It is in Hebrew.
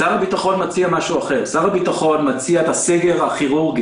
שר הביטחון מציע משהו אחר.